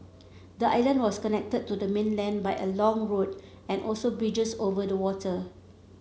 the island was connected to the mainland by a long road and also bridges over the water